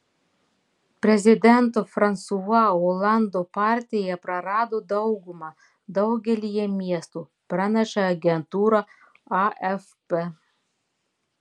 prezidento fransua olando partija prarado daugumą daugelyje miestų praneša agentūra afp